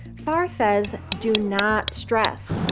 fahrer says do not stress.